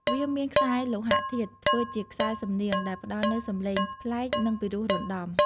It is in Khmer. វាមានខ្សែលោហធាតុធ្វើជាខ្សែសំនៀង ដែលផ្តល់នូវសំឡេងប្លែក និងពីរោះរណ្ដំ។